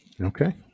Okay